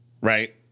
right